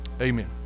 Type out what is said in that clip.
amen